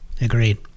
agreed